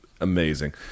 amazing